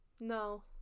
No